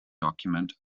document